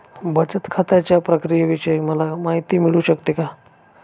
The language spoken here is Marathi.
बचत खात्याच्या प्रक्रियेविषयी मला माहिती मिळू शकते का?